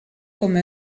comme